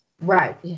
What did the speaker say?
Right